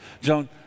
Joan